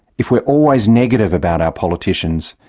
if we are always negative about our politicians,